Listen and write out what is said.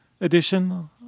edition